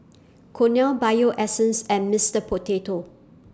Cornell Bio Essence and Mister Potato